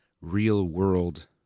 real-world